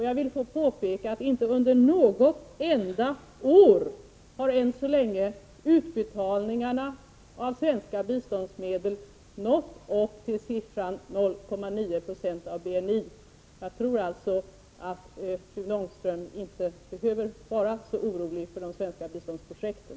Jag vill då påpeka att inte under något enda år har än så länge utbetalningarna av svenska biståndsmedel nått upp till siffran 0,9 26 av BNI. Jag tror alltså att Rune Ångström inte behöver vara så orolig för de svenska biståndsprojekten.